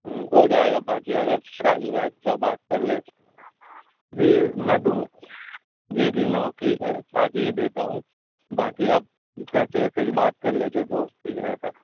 ہوں ہو جائے گا باکی اگر پرائز اُرائز کا بات کر لیں جی میں دوں جی جی میں اوکے تازی ہی دیتا ہوں باکی آپ پیسے ویسے کی بات کر لیتے تو ٹھیک رہتا